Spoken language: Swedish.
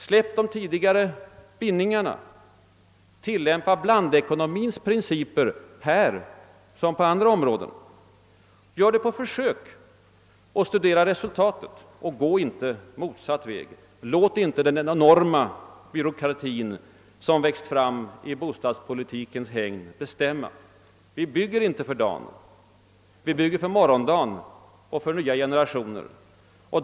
Släpp de tidigare bindningarna! Tilllämpa på försök blandekonomins principer här som på andra områden och studera resultatet, och gå inte motsatt väg! Låt inte den enorma byråkrati som växt fram i bostadspolitikens hägn bestämma! Vi bygger inte för dagen, utan vi bygger för morgondagen och för nya generationer.